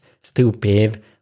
stupid